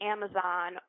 Amazon